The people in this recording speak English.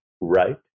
right